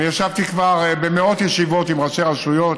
אני ישבתי כבר במאות ישיבות עם ראשי רשויות,